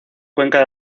cuenca